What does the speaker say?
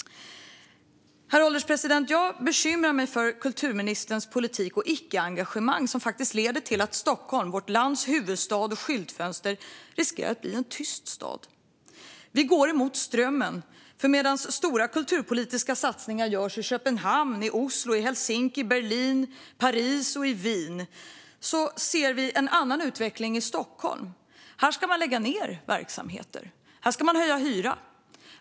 Herr ålderspresident! Jag bekymrar mig för kulturministerns politik och icke-engagemang, som faktiskt leder till att Stockholm, vårt lands huvudstad och skyltfönster, riskerar att bli en tyst stad. Vi går mot strömmen. Stora kulturpolitiska satsningar görs i Köpenhamn, i Oslo, i Helsingfors, i Berlin, i Paris och i Wien. Vi ser en annan utveckling i Stockholm. Här ska man lägga ned verksamheter. Här ska man höja hyror.